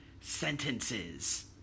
sentences